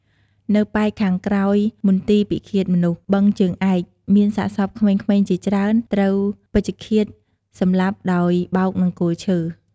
នៅប៉ែកខាងក្រោយមណ្ឌលពិឃាតមនុស្ស បឹងជើងឯក មានសាកសពក្មេងៗជាច្រើន ត្រូវពេជ្ឈឃាតសម្លាប់ដោយបោកនឹងគល់ឈើ